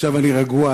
עכשיו אני רגוע.